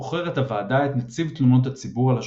בוחרת הוועדה את נציב תלונות הציבור על שופטים.